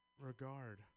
regard